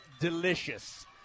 delicious